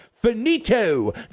Finito